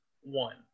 one